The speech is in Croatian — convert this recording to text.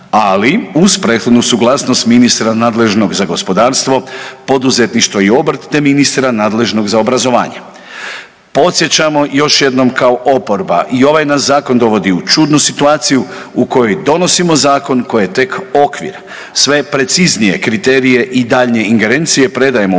ali uz prethodnu suglasnost ministra nadležnog za gospodarstvo, poduzetništvo i obrt, te ministra nadležnog za obrazovanje. Podsjećamo još jednom kao oporba, i ovaj nas zakon dovodi u čudnu situaciju u kojoj donosimo zakon koji je tek okvir sve preciznije kriterije i daljnje ingerencije predajemo u ruke